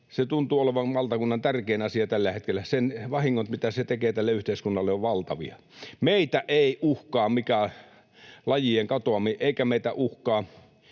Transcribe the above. tuntuu olevan valtakunnan tärkein asia tällä hetkellä. Sen vahingot, mitä se tekee tälle yhteiskunnalle, ovat valtavia. Meitä ei uhkaa mikään lajien katoaminen, eikä meitä uhkaa